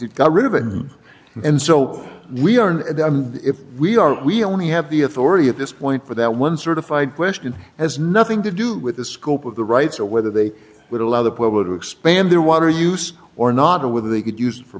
it got rid of it and so we are now if we are we only have the authority at this point for that one certified question has nothing to do with the scope of the rights or whether they would allow the public to expand their water use or not or whether they could use for